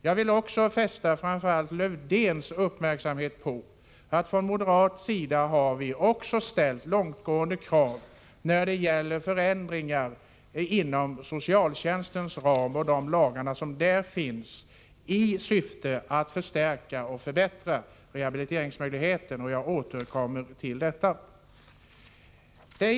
Jag vill också fästa framför allt herr Lövdéns uppmärksamhet på att vi från moderata samlingspartiet har ställt långtgående krav på förändringar inom socialtjänstlagens ram i syfte att förstärka denna och förbättra rehabiliteringsmöjligheterna. Jag återkommer till detta.